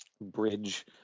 bridge